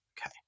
Okay